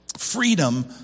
Freedom